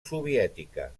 soviètica